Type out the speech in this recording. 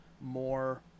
more